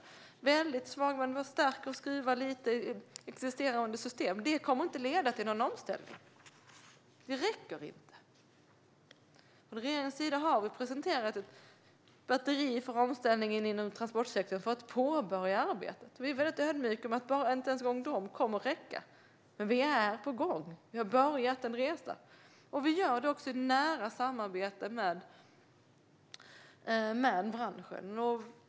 Det är väldigt svagt. Att skruva lite i existerande system kommer inte att leda till någon omställning. Det räcker inte. Från regeringens sida har vi presenterat ett batteri för omställningen inom transportsektorn för att påbörja arbetet. Vi är väldigt ödmjuka och medger att inte ens detta kommer att räcka. Men vi är på gång. Vi har börjat en resa. Vi gör det också i nära samarbete med branschen.